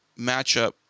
matchup